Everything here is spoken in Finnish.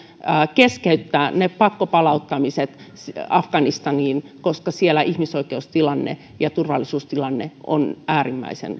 keskeyttää ne pakkopalauttamiset afganistaniin koska siellä ihmisoikeustilanne ja turvallisuustilanne ovat äärimmäisen